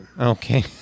Okay